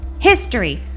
history